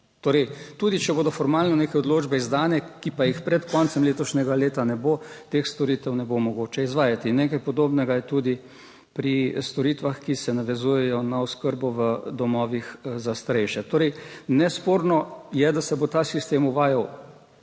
Torej, tudi če bodo formalno neke odločbe izdane, ki pa jih pred koncem letošnjega leta ne bo, teh storitev ne bo mogoče izvajati. In nekaj podobnega je tudi pri storitvah, ki se navezujejo na oskrbo v domovih za starejše. Torej, nesporno je, da se bo ta sistem uvajal